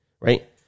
right